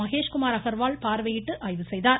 மகேஷ்குமார் அகர்வால் பார்வையிட்டு ஆய்வு செய்தார்